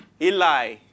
Eli